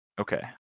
Okay